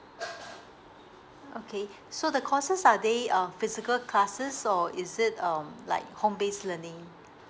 okay so the courses are they uh physical classes or is it um like home based learning